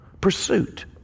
pursuit